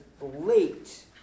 late